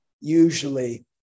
usually